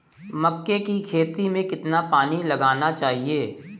मक्के की खेती में कितना पानी लगाना चाहिए?